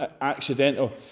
accidental